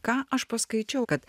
ką aš paskaičiau kad